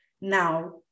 now